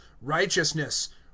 righteousness